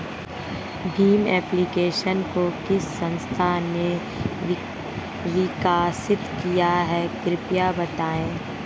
Bhim application को किस संस्था ने विकसित किया है कृपया बताइए?